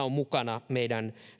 on mukana meidän